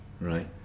Right